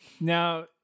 now